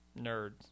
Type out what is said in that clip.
Nerds